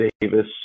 Davis